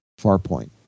Farpoint